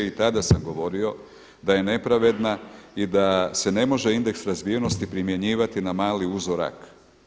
I tada sam govorio da je nepravedna i da se ne može indeks razvijenosti primjenjivati na mali uzorak.